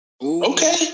Okay